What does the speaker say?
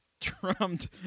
Trumped